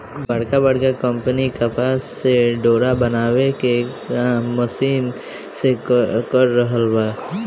बड़का बड़का कंपनी कपास से डोरा बनावे के काम मशीन से कर रहल बा